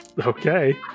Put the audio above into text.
okay